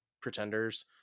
pretenders